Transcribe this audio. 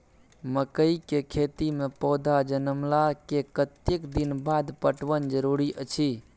मकई के खेती मे पौधा जनमला के कतेक दिन बाद पटवन जरूरी अछि?